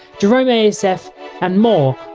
jeromeasf and more,